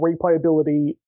replayability